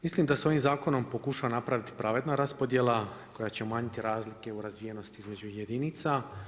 Mislim da se ovim zakonom pokušava napraviti pravedna raspodjela koja će umanjiti razlike u razvijenosti između jedinica.